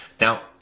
now